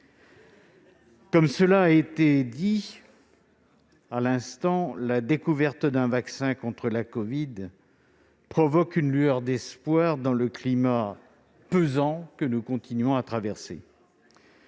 Comme cela a été dit il y a un instant, la découverte d'un vaccin contre la covid-19 fait naître une lueur d'espoir dans le climat pesant que nous continuons de traverser.